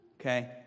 Okay